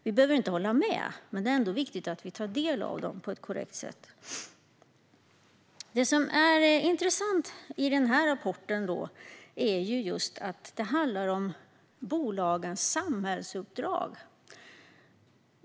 Vi behöver inte hålla med, men det är viktigt att vi tar del av dem på ett korrekt sätt. Det som är intressant i denna rapport är just att det handlar om bolagens samhällsuppdrag.